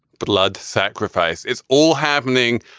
blood sacrifice it's all happening.